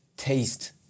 taste